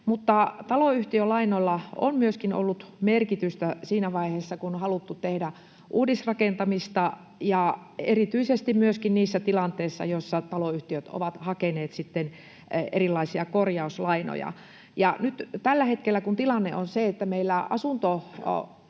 Mutta taloyhtiölainoilla on myöskin ollut merkitystä siinä vaiheessa, kun on haluttu tehdä uudisrakentamista, ja erityisesti myöskin niissä tilanteissa, joissa taloyhtiöt ovat hakeneet sitten erilaisia korjauslainoja. Nyt tällä hetkellä kun tilanne on se, että meillä asuntolainojen